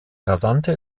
rasante